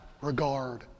regard